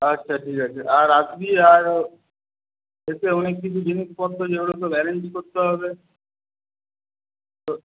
আচ্ছা ঠিক আছে আর আসবি আর এসে অনেক কিছু জিনিসপত্র যেগুলো সব অ্যারেঞ্জ করতে হবে তো